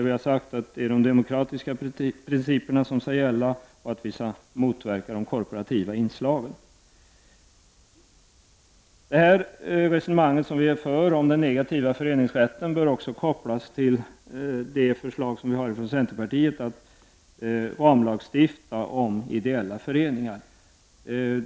Vi har sagt att det är de demokratiska principerna som skall gälla och att vi skall motverka de korporativa inslagen. Det resonemang vi för om den negativa föreningsrätten bör också kopplas till centerpartiets förslag om att ramlagstifta om ideella föreningar.